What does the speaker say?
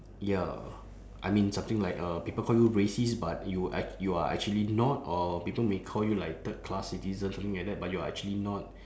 ya I mean something like uh people call you racist but you act~ you are actually not or people may call you like third class citizen something like that but you are actually not